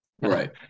right